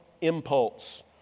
impulse